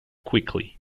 quickly